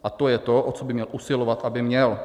A to je to, o co by měl usilovat, aby měl.